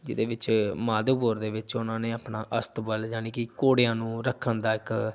ਜਿਹਦੇ ਵਿੱਚ ਮਾਧੋਪੁਰ ਦੇ ਵਿੱਚ ਉਨ੍ਹਾਂ ਨੇ ਆਪਣਾ ਅਸਤਬਲ ਜਾਨੀ ਕਿ ਘੋੜਿਆਂ ਨੂੰ ਰੱਖਣ ਦਾ ਇੱਕ